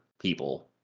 people